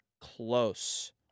close